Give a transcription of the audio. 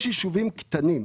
יש ישובים קטנים.